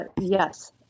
Yes